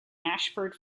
ashford